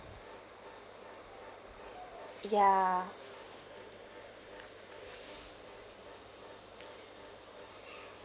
ya